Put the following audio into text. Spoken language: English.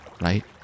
right